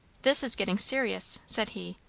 this is getting serious! said he,